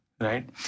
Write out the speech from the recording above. Right